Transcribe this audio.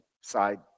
side